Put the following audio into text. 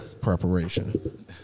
preparation